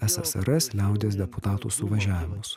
ssrs liaudies deputatų suvažiavimus